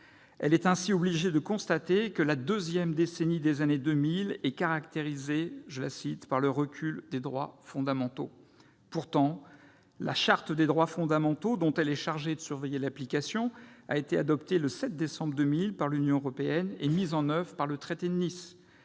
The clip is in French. est ainsi obligée de constater que la deuxième décennie du XXI siècle est caractérisée par le recul des droits fondamentaux. Pourtant, la Charte des droits fondamentaux de l'Union, dont cette agence est chargée de surveiller l'application, a été adoptée le 7 décembre 2000 par l'Union européenne et mise en oeuvre par le traité de Nice.